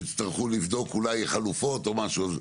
ויצטרכו לבדוק אולי חלופות או משהו,